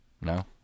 No